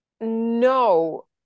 No